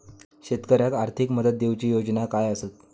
शेतकऱ्याक आर्थिक मदत देऊची योजना काय आसत?